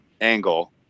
angle